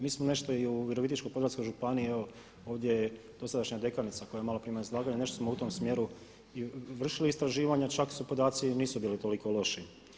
Mi smo nešto i u Virovitičko-podravskoj županiji, evo ovdje je dosadašnja dekanica koja je maloprije imala izlaganje, nešto smo u tom smjeru i vršili istraživanja, čak podaci i nisu bili toliko loši.